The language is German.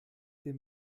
dem